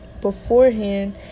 beforehand